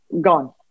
gone